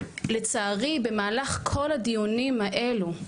ולצערי במהלך כל הדיונים האלו,